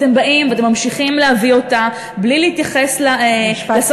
אתם באים ואתם ממשיכים להביא אותה בלי להתייחס לסמכות